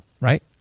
right